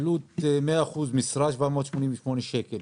100 אחוזים משרה, 788 שקלים.